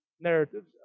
narratives